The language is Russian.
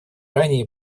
ранее